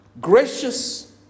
gracious